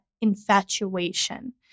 infatuation